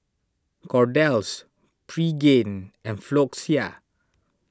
Kordel's Pregain and Floxia